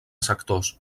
sectors